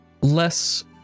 less